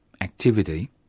activity